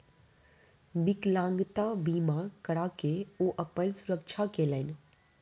विकलांगता बीमा करा के ओ अपन सुरक्षा केलैन